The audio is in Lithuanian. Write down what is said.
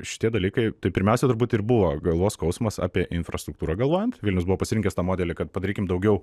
šitie dalykai tai pirmiausia turbūt ir buvo galvos skausmas apie infrastruktūrą galvojant vilnius buvo pasirinkęs tą modelį kad padarykim daugiau